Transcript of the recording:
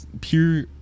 pure